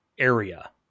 area